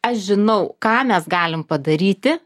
aš žinau ką mes galim padaryti